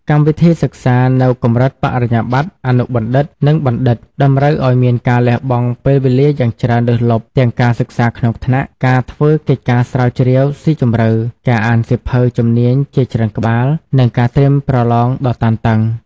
កម្មវិធីសិក្សានៅកម្រិតបរិញ្ញាបត្រ អនុបណ្ឌិត និងបណ្ឌិត តម្រូវឱ្យមានការលះបង់ពេលវេលាយ៉ាងច្រើនលើសលប់ ទាំងការសិក្សាក្នុងថ្នាក់ ការធ្វើកិច្ចការស្រាវជ្រាវស៊ីជម្រៅ ការអានសៀវភៅជំនាញជាច្រើនក្បាល និងការត្រៀមប្រលងដ៏តានតឹង។